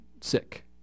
sick